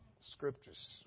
scriptures